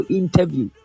interview